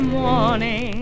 morning